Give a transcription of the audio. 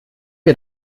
wir